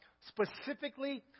specifically